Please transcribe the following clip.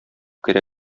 керә